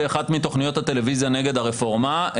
באחת מתוכניות הטלוויזיה נגד הרפורמה,